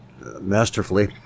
masterfully